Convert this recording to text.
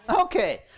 Okay